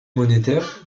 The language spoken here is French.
monétaire